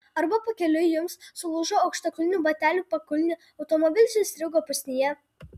arba pakeliui jums sulūžo aukštakulnių batelių pakulnė automobilis įstrigo pusnyje